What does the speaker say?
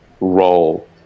role